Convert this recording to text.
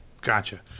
Gotcha